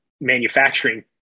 manufacturing